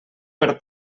per